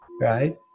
right